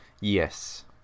Yes